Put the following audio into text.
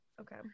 okay